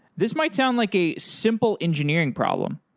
this might sound like a simple engineering problem,